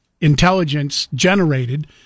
intelligence-generated